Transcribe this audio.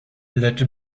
lecz